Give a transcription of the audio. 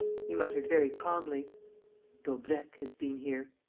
he muttered, very calmly daubrecq has been here.